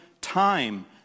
time